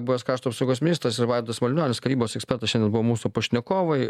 buvęs krašto apsaugos ministras ir vaidotas mulinionis karybos ekspertas šiandien buvo mūsų pašnekovai